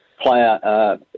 player